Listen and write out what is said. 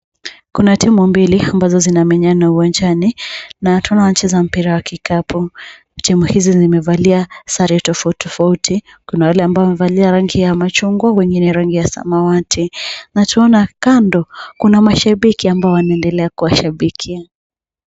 Kuna timu mbili ambazo zinamenyana uwanjani na tunaona wanacheza mpira wa kikapu. Timu hizi zimevalia sare tofauti tofauti, kuna wale ambao wamevalia rangi ya machungwa wengine rangi ya samawati na tunaona kando kuna mashabiki ambao wanaendelea kuwashabikia.